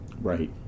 Right